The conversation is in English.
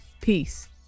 Peace